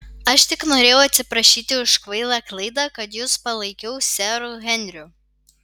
aš tik norėjau atsiprašyti už kvailą klaidą kad jus palaikiau seru henriu